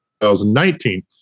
2019